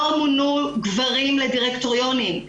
לא מונו גברים לדירקטוריונים.